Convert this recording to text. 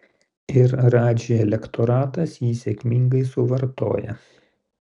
ir radži elektoratas jį sėkmingai suvartoja